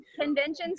conventions